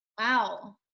Wow